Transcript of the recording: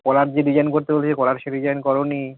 কলার যে ডিজাইন করতে বলেছি কলার সে ডিজাইন করো নি